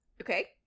Okay